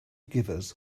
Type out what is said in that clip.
givers